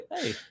hey